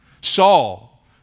Saul